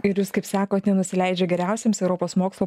ir jūs kaip sakot nenusileidžia geriausiems europos mokslo